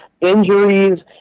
injuries